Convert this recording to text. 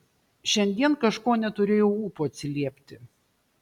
šiandien kažko neturėjau ūpo atsiliepti